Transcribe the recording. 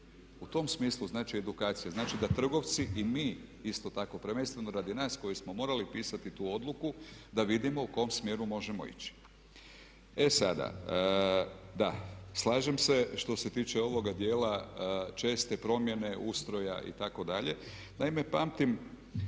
U tom smislu znači edukacija, znači da trgovci i mi isto tako prvenstveno radi nas koji smo morali pisati tu odluku da vidimo u kom smjeru možemo ići. E sada, slažem se što se tiče ovoga dijela, česte promjene ustroja itd. naime pamtim